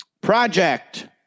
Project